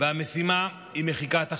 והמשימה היא מחיקת החמאס.